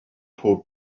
pob